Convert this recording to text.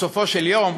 בסופו של יום,